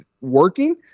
working